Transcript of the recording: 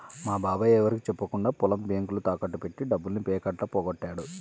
మా బాబాయ్ ఎవరికీ చెప్పకుండా పొలం బ్యేంకులో తాకట్టు బెట్టి డబ్బుల్ని పేకాటలో పోగొట్టాడు